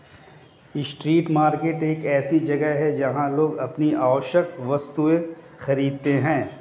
street market एक ऐसी जगह है जहां लोग अपनी आवश्यक वस्तुएं खरीदते हैं